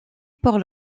pour